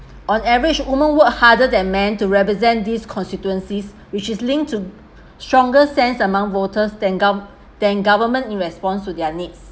on average women work harder than men to represent these constituencies which is linked to stronger sense among voters than gov~ than government in response to their needs